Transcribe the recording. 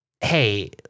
hey